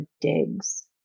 digs